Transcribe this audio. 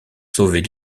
sauver